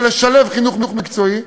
ולשלב חינוך מקצועי,